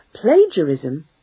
Plagiarism